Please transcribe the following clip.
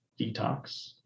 detox